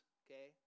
okay